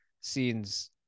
scenes